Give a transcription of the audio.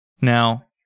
Now